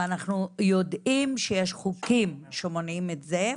ואנחנו יודעים שיש חוקים שמונעים את זה.